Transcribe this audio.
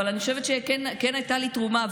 אבל אני חושבת שכן הייתה לי תרומה,